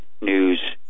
News